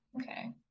Okay